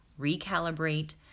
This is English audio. recalibrate